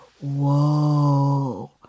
whoa